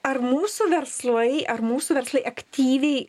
ar mūsų verslai ar mūsų verslai aktyviai